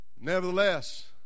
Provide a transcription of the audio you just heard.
Nevertheless